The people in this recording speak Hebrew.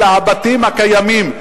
אלא הבתים הקיימים,